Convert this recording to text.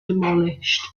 demolished